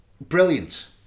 Brilliant